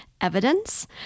evidence